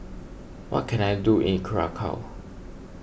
what can I do in Curacao